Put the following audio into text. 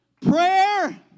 Prayer